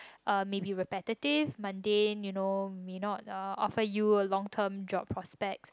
uh maybe repetitive mundane you know may not uh offer you a long term job prospects